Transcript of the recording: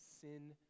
sin